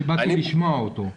ואני באתי בשביל לשמוע אותו.